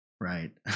right